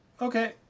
okay